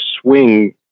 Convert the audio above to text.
swing